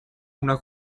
una